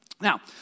Now